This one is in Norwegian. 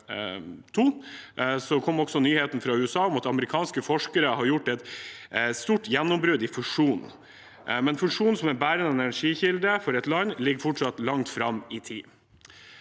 kom også nyheten fra USA om at amerikanske forskere hadde gjort et stort gjennombrudd innen fusjon, men fusjon som en bærende energikilde for et land ligger fortsatt langt fram i tid.